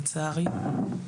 לצערי.